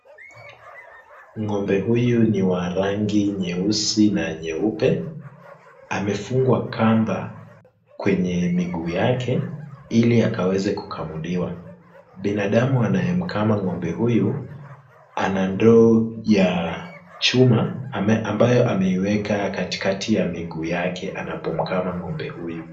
Ng'ombe huyu ni wa rangi nyeusi na nyeupe. Amefungwa kamba kwenye miguu yake ili akaweze kukamuliwa. Binadamu anayemkama ng'ombe huyu ana ndoo ya chuma ambayo ameiweka katikati ya miguu yake anapomkama ng'ombe huyu.